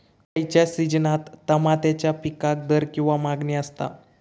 खयच्या सिजनात तमात्याच्या पीकाक दर किंवा मागणी आसता?